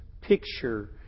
picture